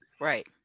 Right